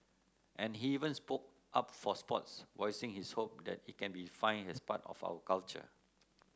and he even spoke up for sports voicing his hope that it can be defined as part of our culture